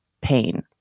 pain